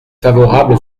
favorable